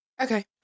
Okay